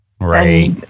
Right